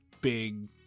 big